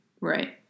Right